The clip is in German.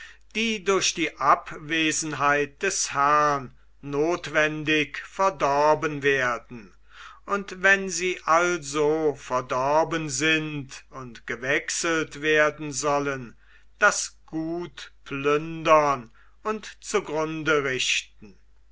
die durch die abwesenheit des herrn notwendig verdorben werden und wenn sie also verdorben sind und gewechselt werden sollen das gut plündern und zugrunde richten